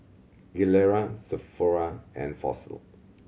Gilera Sephora and Fossil